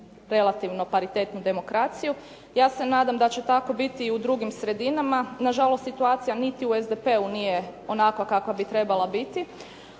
relativno paritetnu demokraciju. Ja se nadam da će tako biti i u drugim sredinama. Nažalost, situacija niti u SDP-u nije onakva kakva bi trebala biti.